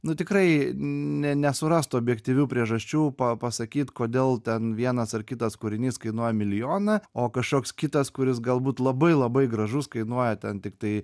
nu tikraine nesurastų objektyvių priežasčių pa pasakyt kodėl ten vienas ar kitas kūrinys kainuoja milijoną o kažkoks kitas kuris galbūt labai labai gražus kainuoja ten tiktai